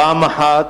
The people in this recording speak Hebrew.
פעם אחת,